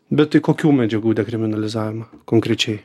bet tai kokių medžiagų dekriminalizavimą konkrečiai